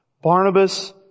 Barnabas